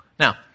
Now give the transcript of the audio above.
Now